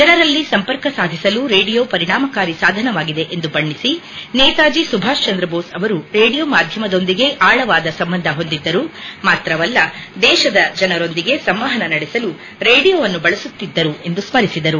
ಜನರಲ್ಲಿ ಸಂಪರ್ಕ ಸಾಧಿಸಲು ರೇಡಿಯೋ ಪರಿಣಾಮಕಾರಿ ಸಾಧನವಾಗಿದೆ ಎಂದು ಬಣ್ಣಿಸಿ ನೇತಾಜಿ ಸುಭಾಷ್ಚಂದ ಬೋಸ್ ಅವರು ರೇಡಿಯೋ ಮಾಧ್ಯಮದೊಂದಿಗೆ ಆಳವಾದ ಸಂಬಂಧವನ್ನು ಹೊಂದಿದ್ದರು ಮಾತ್ರವಲ್ಲ ದೇಶದ ಜನರೊಂದಿಗೆ ಸಂವಹನ ನಡೆಸಲು ರೇಡಿಯೋವನ್ನು ಬಳಸುತ್ತಿದ್ದರು ಎಂದು ಸ್ಮರಿಸಿದರು